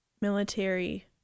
military